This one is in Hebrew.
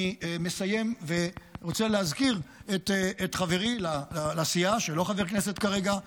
אני מסיים ורוצה להזכיר את חברי לסיעה שהוא לא חבר כנסת כרגע,